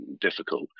difficult